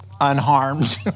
unharmed